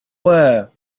were